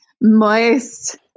Moist